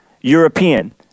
European